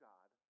God